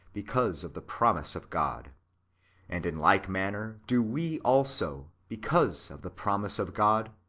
because of the promise of god and in like manner do we also, because of the promise of god,